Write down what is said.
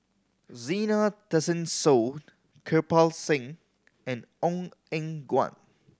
Zena Tessensohn Kirpal Singh and Ong Eng Guan